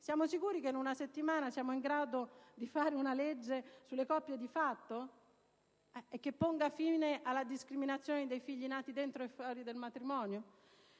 Siamo sicuri che in una settimana siamo in grado di fare una legge sulle coppie di fatto e che ponga fine alla discriminazione dei figli nati dentro e fuori del matrimonio?